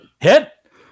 Hit